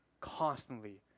constantly